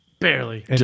Barely